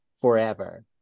forever